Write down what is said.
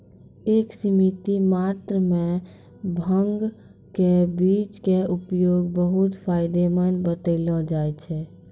एक सीमित मात्रा मॅ भांग के बीज के उपयोग बहु्त फायदेमंद बतैलो जाय छै